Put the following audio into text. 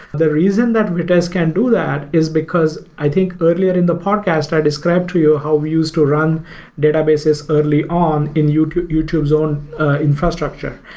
the reason that vitess can do that is because i think earlier in the podcast i described to you ah how we used to run databases early on in youtube's own infrastructure.